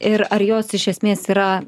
ir ar jos iš esmės yra